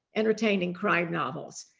entertaining crime novels.